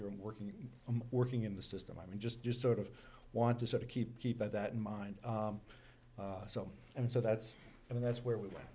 you're working and working in the system i mean just just sort of want to sort of keep keep that in mind and so that's i mean that's where we went